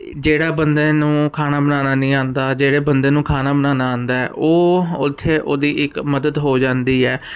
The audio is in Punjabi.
ਜਿਹੜਾ ਬੰਦੇ ਨੂੰ ਖਾਣਾ ਬਣਾਉਣਾ ਨਹੀਂ ਆਉਂਦਾ ਜਿਹੜੇ ਬੰਦੇ ਨੂੰ ਖਾਣਾ ਬਣਾਉਣਾ ਆਉਂਦਾ ਉਹ ਉਥੇ ਉਹਦੀ ਇੱਕ ਮਦਦ ਹੋ ਜਾਂਦੀ ਹੈ